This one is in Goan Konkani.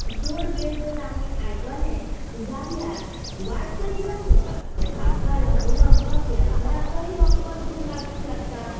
चड वेळ जर आमी आयकलें जाल्यार वायट परिणाम जाता ताका लागून आमकां कॅन्सराचोय धोको दी लागूंक लागता